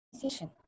decision